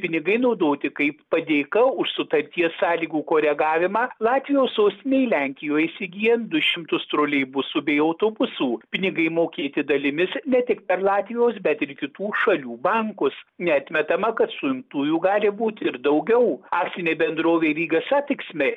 pinigai naudoti kaip padėka už sutarties sąlygų koregavimą latvijos sostinei lenkijoj įsigyjant du šimtus troleibusų bei autobusų pinigai mokėti dalimis ne tik per latvijos bet ir kitų šalių bankus neatmetama kad suimtųjų gali būti ir daugiau akcinė bendrovė rygas satiksmė